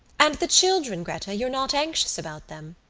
and the children, gretta, you're not anxious about them?